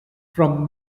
from